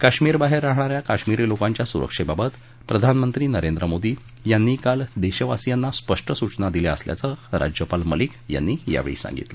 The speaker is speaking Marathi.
काश्मिर बाहेर राहणा या काश्मिरी लोकांच्या सुरक्षेबाबत प्रधानमंत्री नरेंद्र मोदी यांनी काल देशवासियांना स्पष्ट सूचना दिल्या असल्याचं राज्यपाल मलिक यांनी सांगितलं